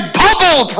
bubble